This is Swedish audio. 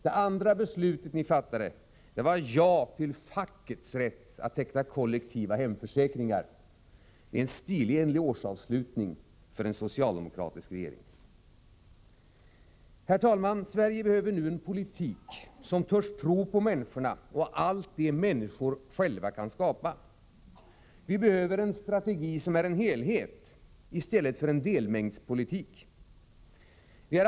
Det andra var att säga ja till fackets rätt att teckna kollektiva hemförsäkringar. — En stilenlig årsavslutning för en socialdemokratisk regering! Herr talman! Sverige behöver nu en politik som törs tro på människorna och allt det människor själva kan skapa. Vi behöver en helhetsstrategi i stället för en delmängdspolitik.